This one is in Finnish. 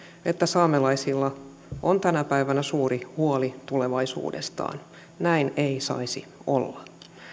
että saamelaisilla on tänä päivänä suuri huoli tulevaisuudestaan näin ei saisi olla